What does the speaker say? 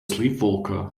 sleepwalker